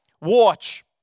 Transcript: watch